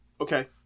okay